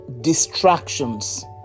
distractions